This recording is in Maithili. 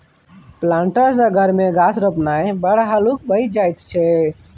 प्लांटर सँ घर मे गाछ रोपणाय बड़ हल्लुक भए जाइत छै